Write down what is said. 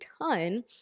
ton